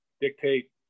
dictate